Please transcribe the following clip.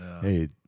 Hey